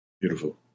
Beautiful